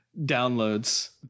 downloads